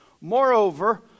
Moreover